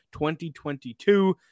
2022